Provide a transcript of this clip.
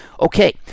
Okay